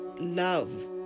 love